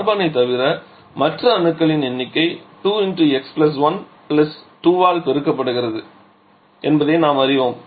கார்பனைத் தவிர மற்ற அணுக்களின் எண்ணிக்கை 2 x 1 2 ஆல் பெருக்கப்படுகிறது என்பதை நாம் அறிவோம்